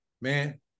man